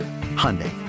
Hyundai